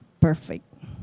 perfect